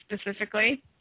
specifically